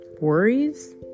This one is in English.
worries